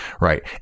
right